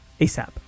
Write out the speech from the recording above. ASAP